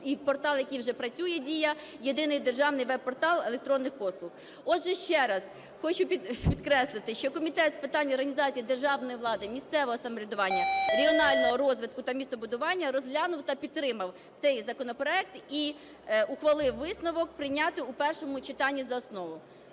І-портал, який вже працює, "Дія" (Єдиний державний веб-потрал електронних послуг). Отже, ще раз хочу підкреслити, що Комітет з питань організації державної влади, місцевого самоврядування, регіонального розвитку та містобудування розглянув та підтримав цей законопроект і ухвалив висновок прийняти у першому читанні за основу.